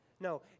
no